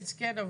ומה